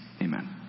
amen